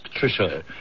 Tricia